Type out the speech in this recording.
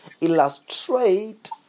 illustrate